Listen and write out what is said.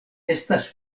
estas